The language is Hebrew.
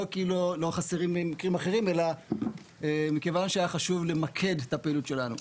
לא כי חסרים מקרים אחרים אלא מכיוון שהיה חשוב למקד את הפעילות שלנו.